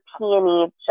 Peony